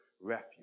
refuge